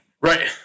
Right